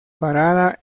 parada